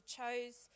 chose